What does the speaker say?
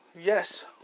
Yes